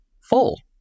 full